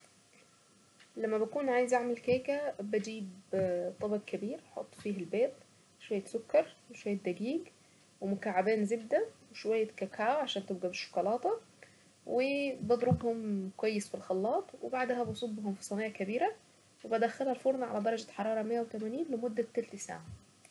لما بكون عايزة اعمل كيكة بجيب طبق كبير واحط فيه البيض وشوية سكر وشوية دقيق ومكعبين زبدة وشوية كاكاو عشان تبقى بالشوكولاتة وبضربهم كويس في الخلاط وبعدها بصبهم في صينية كبيرة وبدخلها الفرن على درجة حرارة مية وتمانين لمدة تلت ساعة.